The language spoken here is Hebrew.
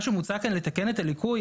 מה שמוצע כאן לתקן את הליקוי,